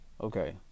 Okay